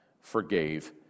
forgave